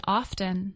often